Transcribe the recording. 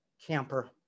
camper